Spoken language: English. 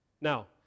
Now